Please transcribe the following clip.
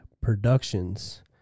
Productions